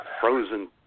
frozen